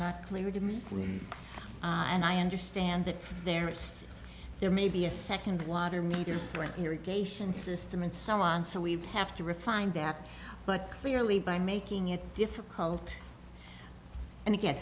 not clear to me and i understand that there is there may be a second water meter or irrigation system and so on so we have to refine that but clearly by making it difficult and again